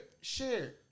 share